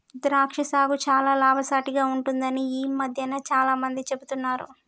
ద్రాక్ష సాగు చాల లాభసాటిగ ఉంటుందని ఈ మధ్యన చాల మంది చెపుతున్నారు